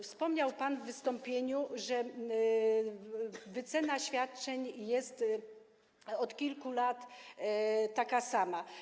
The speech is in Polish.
Wspomniał pan w wystąpieniu, że wycena świadczeń jest od kilku lat taka sama.